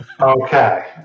Okay